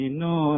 no